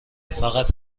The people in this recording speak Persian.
فقط